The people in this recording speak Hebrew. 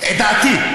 דעתי.